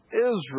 Israel